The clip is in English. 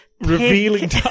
revealing